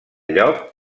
lloc